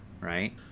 right